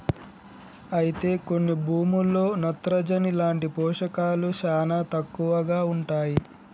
అయితే కొన్ని భూముల్లో నత్రజని లాంటి పోషకాలు శానా తక్కువగా ఉంటాయి